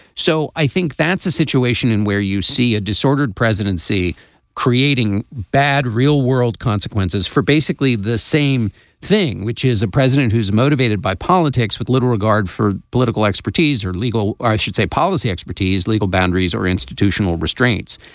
so i think that's a situation in where you see a disordered presidency creating bad real world consequences for basically the same thing which is a president who's motivated by politics with little regard for political expertise or legal or i should say policy expertise legal boundaries or institutional restraints.